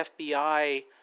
FBI